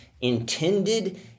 intended